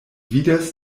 vidas